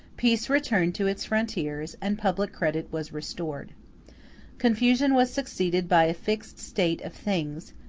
peace returned to its frontiers, and public credit was restored confusion was succeeded by a fixed state of things,